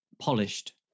polished